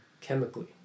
chemically